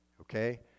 okay